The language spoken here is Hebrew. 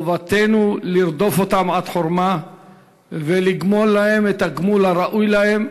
חובתנו לרדוף אותם עד חורמה ולגמול להם את הגמול הראוי להם.